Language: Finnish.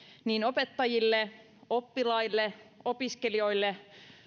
niin opettajille oppilaille opiskelijoille